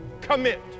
commit